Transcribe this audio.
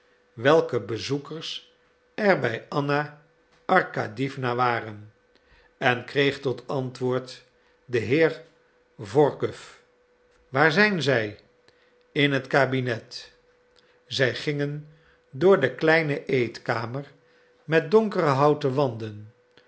welke bezoekers er bij anna arkadiewna waren en kreeg tot antwoord de heer workuw waar zijn zij in het kabinet zij gingen door de kleine eetkamer met donkere houten wanden